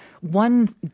One